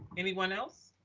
anyone else?